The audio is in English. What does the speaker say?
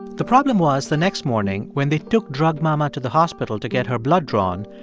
the problem was the next morning when they took drug mama to the hospital to get her blood drawn,